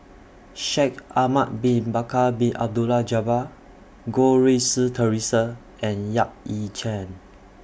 Shaikh Ahmad Bin Bakar Bin Abdullah Jabbar Goh Rui Si Theresa and Yap Ee Chian